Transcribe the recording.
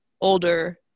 older